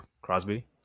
Crosby